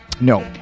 No